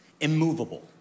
immovable